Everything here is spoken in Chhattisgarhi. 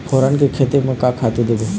फोरन के खेती म का का खातू देबो?